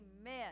Amen